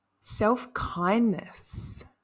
self-kindness